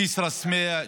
כסרא-סמיע,